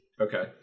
Okay